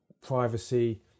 privacy